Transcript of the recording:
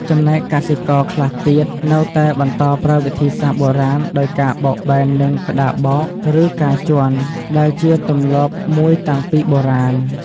ចំណែកកសិករខ្លះទៀតនៅតែបន្តប្រើវិធីសាស្រ្ដបុរាណដោយការបោកបែននឹងក្ដារបោក ឬការជាន់ ដែលជាទម្លាប់មួយតាំងពីបុរាណ។